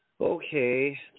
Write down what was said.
Okay